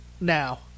Now